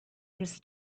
his